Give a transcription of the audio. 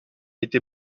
été